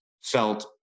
felt